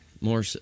more